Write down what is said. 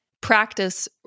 practice